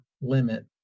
limit